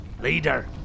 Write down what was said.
Leader